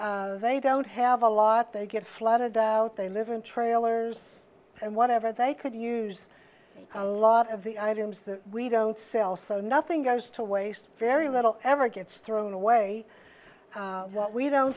they don't have a lot they get flooded out they live in trailers and whatever they could use a lot of the items that we don't sell so nothing goes to waste very little ever gets thrown away what we don't